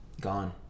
Gone